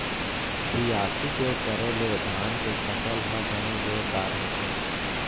बियासी के करे ले धान के फसल ह बने जोरदार होथे